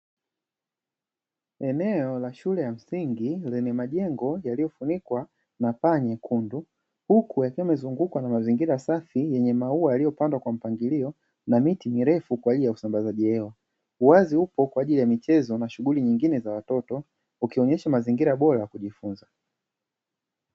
Eneo la shule ya msingi lenye majengo yaliyofunikwa na paa nyekundu, huku yakiwa wamezungukwa na mazingira safi yenye maua yaliyopandwa kwa mpangilio na miti mirefu kwa ajili ya usambazaji hewa, uwazi upo kwa ajili ya michezo na shughuli nyingine za watoto ukionyesha mazingira bora ya kujifunza.